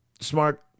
Smart